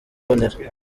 mbonera